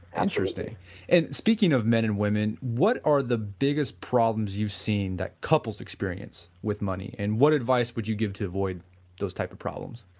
interesting and speaking of men and women what are the biggest problems you've seen that couples experience with money, and what advice would you give to avoid those type of problems?